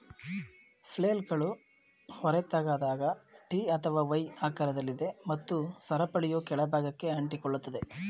ಫ್ಲೇಲ್ಗಳು ಹೊರತೆಗೆದಾಗ ಟಿ ಅಥವಾ ವೈ ಆಕಾರದಲ್ಲಿದೆ ಮತ್ತು ಸರಪಳಿಯು ಕೆಳ ಭಾಗಕ್ಕೆ ಅಂಟಿಕೊಳ್ಳುತ್ತದೆ